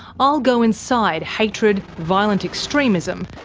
i'll go inside hatred, violent extremism,